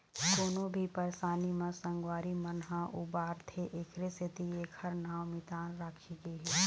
कोनो भी परसानी म संगवारी मन ह उबारथे एखरे सेती एखर नांव मितान राखे गे हे